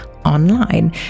online